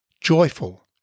joyful